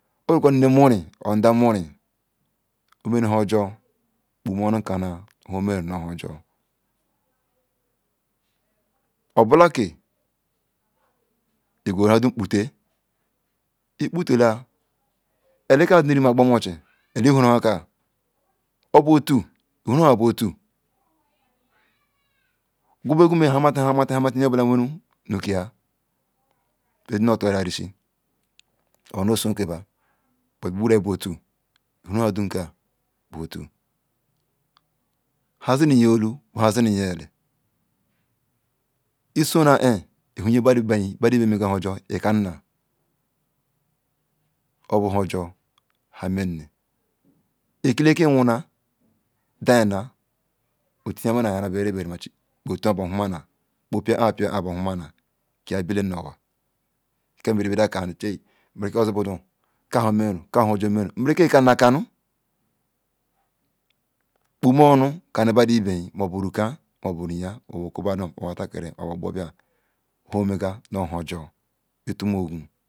Obu bedi nne murem or nda muren omene hon jor kpome onu cannal nu nhan omerun bu hon jor obolake iguru han dum kpotal ikpotala elika zinurima ikpamo oche eli ihuron han ka azi obo otu ihurohan bo ta bogumen hamati ma ti yonbola wenron nu ka bel zin nu torarishi bet boboral bo otu ihu nohan bo otu han sini yo olu ohan sini ya eli obo honjor han meni e kila yeki wonna odeyin otiyamana nu ayaran bera bera botun bo puran bo. whonnal kiabilam nu owa teia yem mbro iya sunu aka nu ka ham me rum ka hum jor omeru mbrenki etea nu akanu kpo mel onu ka nu runtea ma riyen ma wa takin nu ohan omega nu bo ma itu ogu.